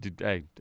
hey